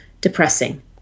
depressing